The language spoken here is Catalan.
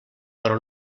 però